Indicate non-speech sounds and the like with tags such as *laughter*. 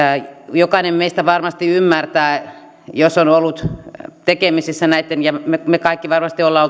jokainen meistä varmasti ymmärtää jos on ollut tekemisissä näitten asioitten kanssa ja me kaikki varmasti olemme *unintelligible*